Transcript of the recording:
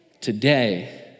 today